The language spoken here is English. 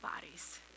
bodies